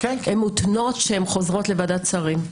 מותנה שהן חוזרות לוועדת שרים.